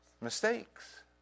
mistakes